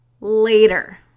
later